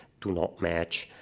do not match.